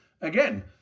Again